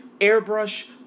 Airbrush